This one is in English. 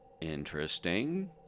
Interesting